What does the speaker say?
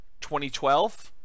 2012